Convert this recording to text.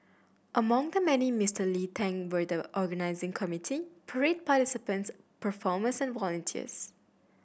among the many Mister Lee thanked were the organising committee parade participants performers and volunteers